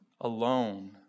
alone